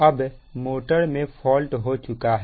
अब मोटर में फॉल्ट हो चुका है